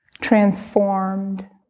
transformed